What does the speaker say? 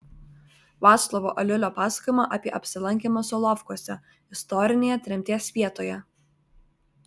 vaclovo aliulio pasakojimą apie apsilankymą solovkuose istorinėje tremties vietoje